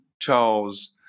Charles